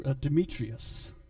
Demetrius